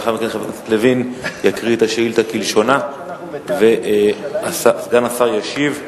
ואחר כך חבר הכנסת לוין יקריא את השאילתא כלשונה וסגן השר ישיב.